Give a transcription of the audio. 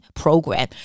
program